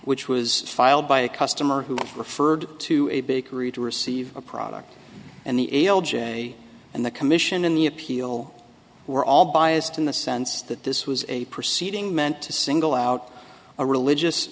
which was filed by a customer who referred to a bakery to receive a product and the a l j and the commission in the appeal were all biased in the sense that this was a proceeding meant to single out a religious